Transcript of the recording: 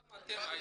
גם אתם הייתם,